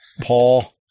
Paul